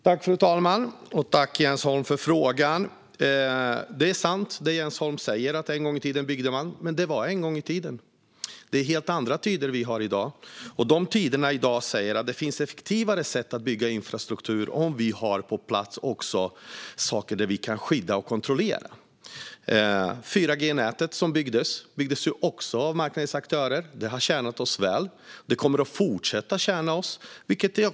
Fru talman! Jag tackar Jens Holm för frågan. Det som Jens Holm säger om hur man byggde en gång i tiden är sant. Men det var just en gång i tiden. Det är helt andra tider vi har i dag, och de tiderna säger att det finns effektivare sätt att bygga infrastruktur på, om vi även har på plats ett system för att skydda och kontrollera. 4G-nätet byggdes också av marknadens aktörer. Det har tjänat oss väl och kommer att fortsätta göra det.